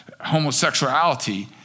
homosexuality